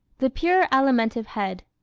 the pure alimentive head